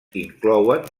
inclouen